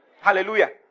Hallelujah